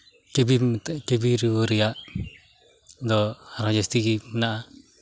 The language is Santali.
ᱴᱤᱵᱤ ᱴᱤᱵᱤ ᱨᱩᱣᱟᱹ ᱨᱮᱭᱟᱜ ᱫᱚ ᱟᱨᱦᱚᱸ ᱡᱟᱹᱥᱛᱤ ᱜᱮ ᱢᱮᱱᱟᱜᱼᱟ